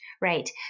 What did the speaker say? right